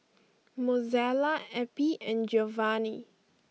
Mozella Eppie and Giovani